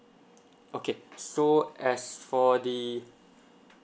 okay so as for the